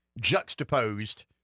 juxtaposed